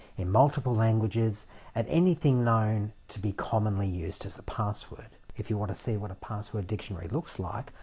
in multiple languages and anything known to be a commonly used as a password. if you want to see what a password dictionary looks like,